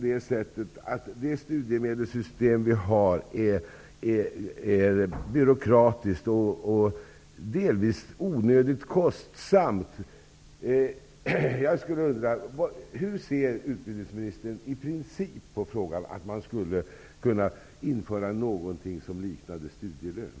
Det studiemedelssystem vi har i dag är byråkratiskt och delvis onödigt kostsamt. Hur ser utbildningsministern i princip på frågan om att man skulle kunna införa något som liknar studielön?